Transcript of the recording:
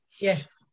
Yes